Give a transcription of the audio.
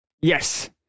Yes